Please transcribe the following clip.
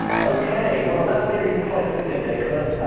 okay. well, that's getting quite specific, but